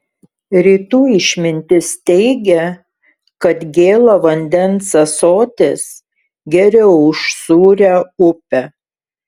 rytų išmintis teigia kad gėlo vandens ąsotis geriau už sūrią upę